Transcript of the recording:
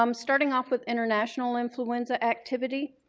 um starting off with international influenza activity,